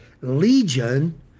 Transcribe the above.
Legion